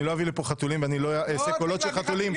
אני לא אביא לפה חתולים ואני לא אעשה קולות של חתולים,